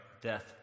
death